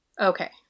Okay